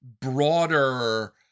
broader